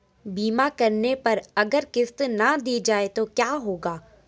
बीमा करने पर अगर किश्त ना दी जाये तो क्या होगा?